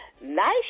nice